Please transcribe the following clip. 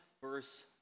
verse